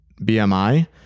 BMI